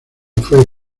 fue